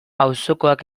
auzokoak